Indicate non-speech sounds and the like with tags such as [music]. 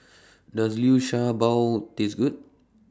[noise] Does Liu Sha Bao Taste Good